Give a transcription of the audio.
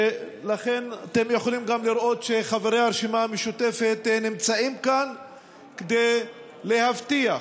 ולכן אתם יכולים לראות שחברי הרשימה המשותפת נמצאים כאן כדי להבטיח